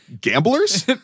gamblers